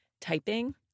typing